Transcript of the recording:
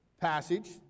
passage